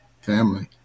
family